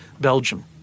Belgium